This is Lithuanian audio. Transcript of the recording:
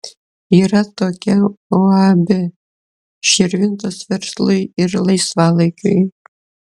yra tokia uab širvintos verslui ir laisvalaikiui